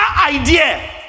idea